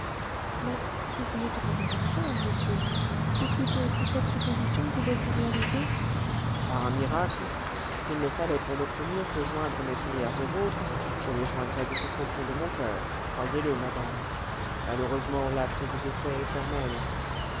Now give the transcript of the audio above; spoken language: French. mais si ce n'était pas un mensonge monsieur ou plutôt si cette supposition pouvait se réaliser par un miracle s'il ne fallait pour l'obtenir que joindre mes prières aux vôtres je les joindrais du plus profond de mon coeur croyez-le madame malheureusement l'acte de décès est formel